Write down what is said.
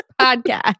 podcast